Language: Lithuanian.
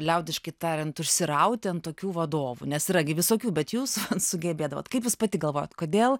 liaudiškai tariant užsirauti ant tokių vadovų nes yra gi visokių bet jūs sugebėdavot kaip jūs pati galvojat kodėl